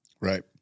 Right